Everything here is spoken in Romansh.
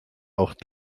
ord